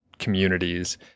communities